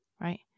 Right